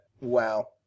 wow